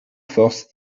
force